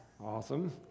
Awesome